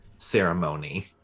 ceremony